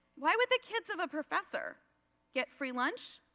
why would the kids of a professor get free lunch?